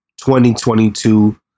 2022